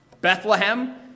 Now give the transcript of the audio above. Bethlehem